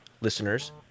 listeners